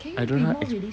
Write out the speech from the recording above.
I don't know how to ex~